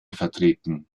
vertreten